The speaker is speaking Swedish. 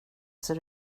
ser